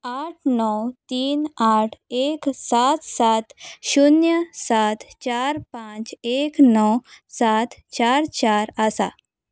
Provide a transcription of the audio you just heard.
आठ णव तीन आठ एक सात सात शुन्य सात चार पांच एक णव सात चार चार आसा